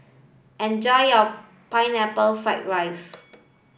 enjoy your pineapple fried rice